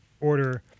order